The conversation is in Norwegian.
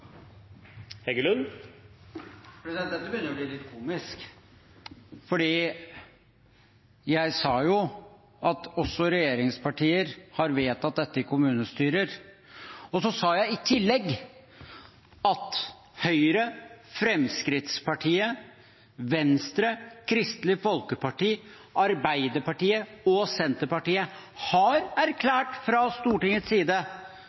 regjeringspartier har vedtatt dette i kommunestyrer. Og så sa jeg i tillegg at Høyre, Fremskrittspartiet, Venstre, Kristelig Folkeparti, Arbeiderpartiet og Senterpartiet har erklært fra Stortingets side